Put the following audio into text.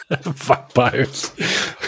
Vampires